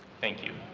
thank you.